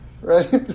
Right